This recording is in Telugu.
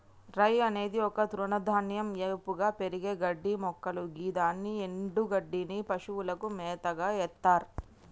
రై అనేది ఒక తృణధాన్యం ఏపుగా పెరిగే గడ్డిమొక్కలు గిదాని ఎన్డుగడ్డిని పశువులకు మేతగ ఎత్తర్